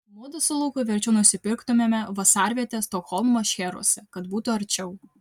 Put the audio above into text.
mudu su luku verčiau nusipirktumėme vasarvietę stokholmo šcheruose kad būtų arčiau